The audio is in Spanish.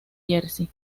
jersey